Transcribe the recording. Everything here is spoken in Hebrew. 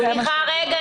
אם